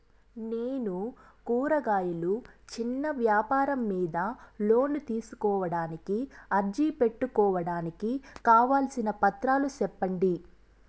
నేను కూరగాయలు చిన్న వ్యాపారం మీద లోను తీసుకోడానికి అర్జీ పెట్టుకోవడానికి కావాల్సిన పత్రాలు సెప్పండి?